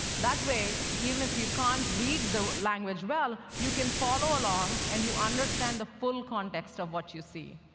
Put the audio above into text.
that way, even if you can't read the language well, you can follow along, and you understand the full context of what you see.